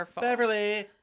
Beverly